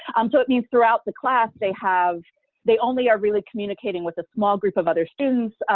um so it means throughout the class they have they only are really communicating with a small group of other students.